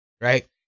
right